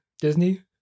Disney